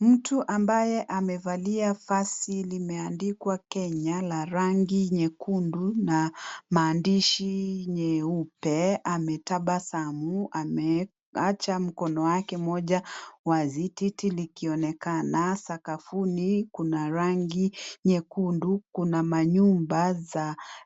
Mtu ambaye amevalia vazi limeandikwa Kenya la rangi nyekundu na maandishi nyeupe ametabasamu ameacha mkono wake mmoja wazi titi likionekana sakafuni kuna rangi nyekundu kuna manyumba